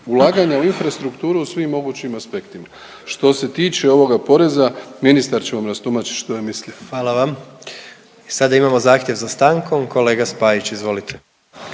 ulaganja u infrastrukturu u svim mogućim aspektima. Što se tiče ovoga poreza ministar će vam rastumačiti što je mislio. **Jandroković, Gordan (HDZ)** I sada imamo zahtjev za stankom kolega Spajić, izvolite.